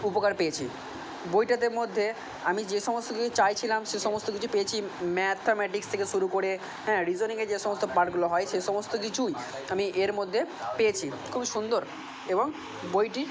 উপকার পেয়েছি বইটাতে মধ্যে আমি যে সমস্ত কিছু চাইছিলাম সেসমস্ত কিছু পেয়েছি ম্যাথামেটিক্স থেকে শুরু করে হ্যাঁ রিজনিংয়ের যেসমস্ত পার্টগুলো হয় সেই সমস্ত কিছুই আমি এর মধ্যে পেয়েছি খুব সুন্দর এবং বইটি